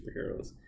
superheroes